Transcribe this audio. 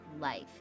life